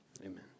Amen